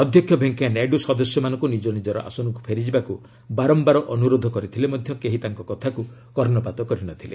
ଅଧ୍ୟକ୍ଷ ଭେଙ୍କୟା ନାଇଡ଼ୁ ସଦସ୍ୟମାନଙ୍କୁ ନିଜ ନିଜର ଆସନକୁ ଫେରିଯିବାକୁ ବାରମ୍ଭାର ଅନୁରୋଧ କରିଥିଲେ ମଧ୍ୟ କେହି ତାଙ୍କ କଥାକୁ କର୍ଷପାତ କରିନଥିଲେ